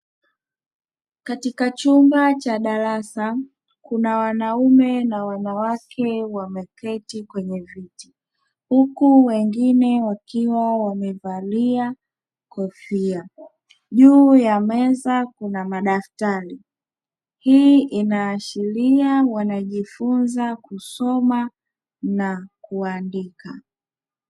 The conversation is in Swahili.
Katika chumba cha darasa kuna wanaume na wanawake wameketi kwenye viti huku wengine wakiwa wamevalia kofia, juu ya meza kuna madaftari hii inaashiria wanajifunza kusoma na kuandika.